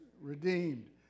redeemed